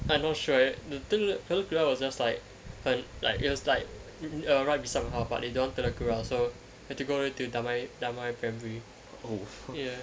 I not sure eh the thing telok kurau was just like um it was like right beside my house but they don't want telok kurau so had to go all the way to damai damai primary ya